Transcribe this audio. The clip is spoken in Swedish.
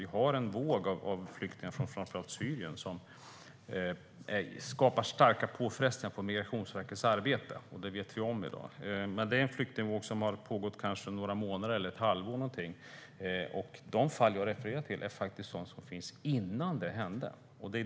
Vi har en våg av flyktingar från framför allt Syrien som skapar starka påfrestningar på Migrationsverkets arbete. Det vet vi om i dag. Det är dock en flyktingvåg som har pågått i några månader eller kanske ett halvår, medan de fall jag refererar till är sådant som fanns innan detta hände.